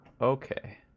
Okay